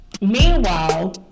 Meanwhile